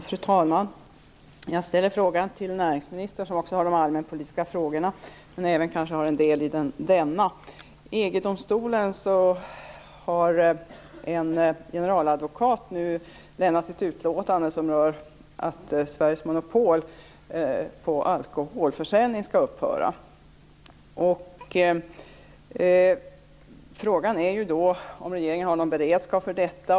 Fru talman! Jag har en fråga till näringsministern, som har de allmänpolitiska frågorna, men som också har del i denna fråga. I EG-domstolen har en generaladvokat nu lämnat ett utlåtande som rör att den ordning med monopol på alkoholförsäljning som vi har i Sverige skall upphöra. Frågan är om regeringen har någon beredskap för detta.